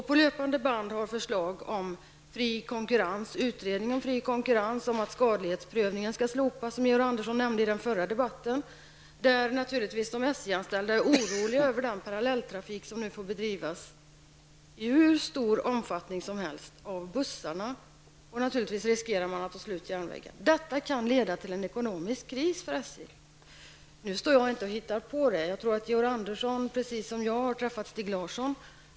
På löpande band har kommit förslag om fri konkurrens, om utredning om fri konkurrens och om att skadlighetsprövningen skall slopas, som Georg Andersson nämnde i den förra debatten. De SJ-anställda är naturligtvis oroliga över den parallelltrafik som nu får bedrivas i hur stor omfattning som helst av bussarna, och naturligtvis riskerar man till slut järnvägens existens. Detta kan leda till en ekonomisk kris för SJ. Nu står jag inte här och hittar på. Jag tror att Georg Andersson, precis som jag, har träffat Stig Larsson.